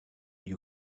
you